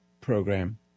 program